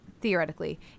theoretically